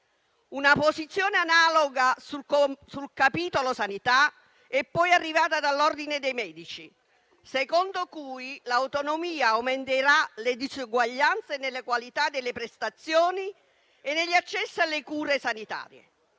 Una posizione analoga sul capitolo sanità è poi arrivata dall'ordine dei medici, secondo cui l'autonomia aumenterà le diseguaglianze nella qualità delle prestazioni e negli accessi alle cure sanitarie.